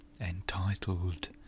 entitled